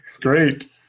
Great